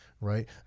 right